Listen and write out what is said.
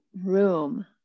room